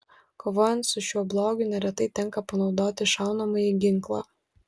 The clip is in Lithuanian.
kovojant su šiuo blogiu neretai tenka panaudoti šaunamąjį ginklą